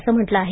असं म्हटलं आहे